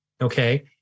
okay